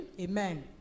Amen